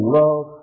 love